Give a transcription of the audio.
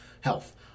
Health